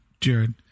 Jared